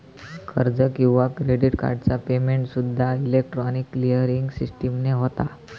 कर्ज किंवा क्रेडिट कार्डचा पेमेंटसूद्दा इलेक्ट्रॉनिक क्लिअरिंग सिस्टीमने होता